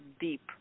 deep